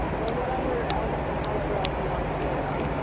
um or whatever else and however else you want to split it up,